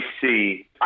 see